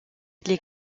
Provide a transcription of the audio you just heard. les